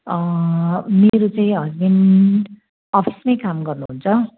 मेरो चाहिँ हसबेन्ड अफिसमै काम गर्नु हुन्छ